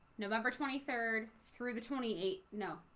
november twenty third through the twenty eighth no,